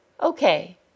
Okay